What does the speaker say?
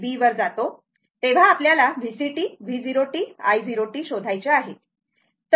तेव्हा आपल्याला Vct V0t i0t शोधायचे आहे